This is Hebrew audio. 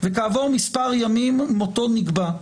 וכעבור כמה ימים מותו נקבע.